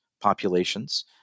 populations